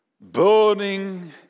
burning